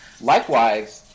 Likewise